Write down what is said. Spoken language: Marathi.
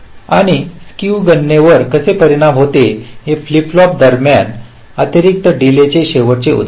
आणि स्केव गणनेवर कसे परिणाम होतो हे फ्लिप फ्लॉप दरम्यान अतिरिक्त डीले हे शेवटचे उदाहरण